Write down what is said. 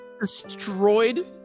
Destroyed